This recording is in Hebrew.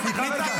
אז אתה תרד.